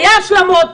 היו השלמות,